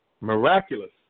Miraculous